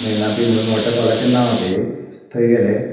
नेयनापी म्हणून वोटरफोलाचें नांव तें एक थंय गेले